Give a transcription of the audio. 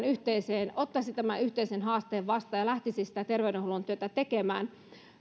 yhteiseen haasteeseen ottaisi tämän yhteisen haasteen vastaan ja lähtisi sitä terveydenhuollon työtä tekemään